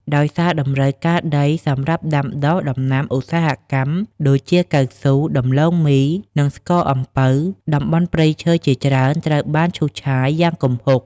ដោយសារតម្រូវការដីសម្រាប់ដាំដុះដំណាំឧស្សាហកម្មដូចជា កៅស៊ូ ដំឡូងមី និងស្ករអំពៅ តំបន់ព្រៃឈើជាច្រើនត្រូវបានឈូសឆាយយ៉ាងគំហុក។